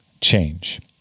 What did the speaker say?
change